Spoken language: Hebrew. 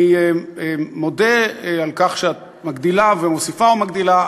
אני מודה על כך שאת מגדילה, ומוסיפה ומגדילה.